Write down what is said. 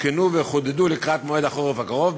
עודכנו וחודדו לקראת מועד החורף הקרוב,